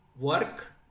work